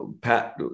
Pat